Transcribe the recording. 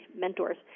mentors